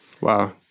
Wow